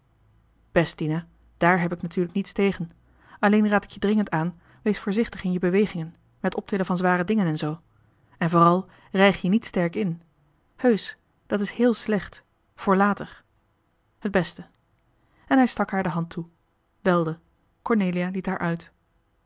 best dina dààr heb ik natuurlijk niets tegen alleen raad ik je dringend aan wees voorzichtig in je bewegingen met optillen van zware dingen en zoo en vooral rijg je niet sterk in heusch dat is heel slecht voor later t beste en hij stak haar de hand toe belde cornelia liet